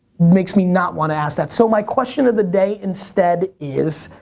makes me not want to ask that. so, may question of the day instead is,